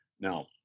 Now